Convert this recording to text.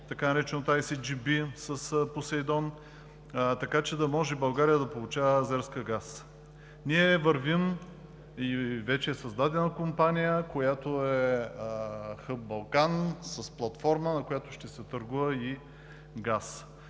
така нареченото Ай Си Джи Би с Посейдон, така че да може България да получава азерска газ. Ние вървим и вече е създадена компания, която е хъб „Балкан“ с платформа, на която ще се търгува и газ.